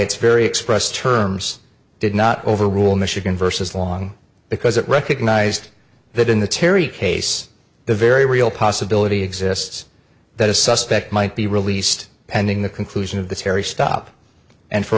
its very expressed terms did not overrule michigan versus long because it recognized that in the terry case the very real possibility exists that a suspect might be released pending the conclusion of the terri stop and for